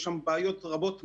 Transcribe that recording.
יש שם בעיות רבות מאוד,